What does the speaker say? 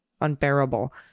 unbearable